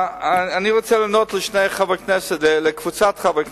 אני רוצה לענות לקבוצת חברי הכנסת.